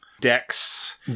decks